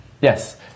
Yes